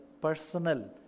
personal